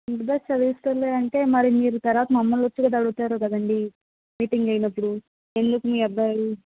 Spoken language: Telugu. ఇంటి దగ్గర చదివిస్తాంలే అంటే మరి తర్వాత మీరు మమ్మల్ని వచ్చి కదా అడుగుతారు కదండీ మీటింగ్ అయినప్పుడు ఎందుకు మీ అబ్బాయి